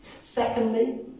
Secondly